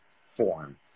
form